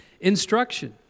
instruction